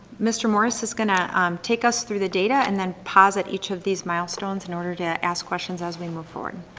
mr. morris is going to take us through the data and then pause at each of these milestones in order to ask questions as we move forward.